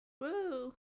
Woo